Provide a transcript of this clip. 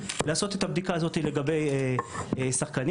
לעשות את הבדיקה הזאת לגבי שחקנים,